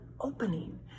opening